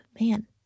man